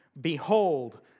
Behold